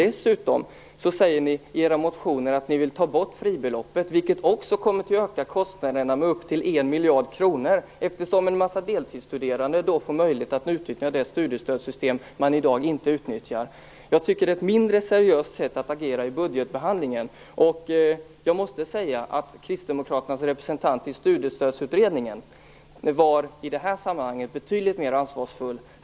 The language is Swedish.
Dessutom skriver ni i era motioner att ni vill ta bort fribeloppet, vilket kommer att öka kostnaderna med upp till en miljard kronor, eftersom en massa deltidsstuderande då får möjlighet att utnyttja det studiestödssystem de i dag inte utnyttjar. Jag tycker att det är ett mindre seriöst sätt att agera i budgetbehandlingen. Jag måste säga att Kristdemokraternas representant i Studiestödsutredningen var betydligt mer ansvarsfull i detta sammanhang.